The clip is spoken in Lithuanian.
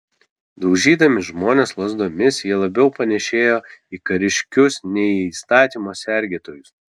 daužydami žmones lazdomis jie labiau panėšėjo į kariškius nei į įstatymo sergėtojus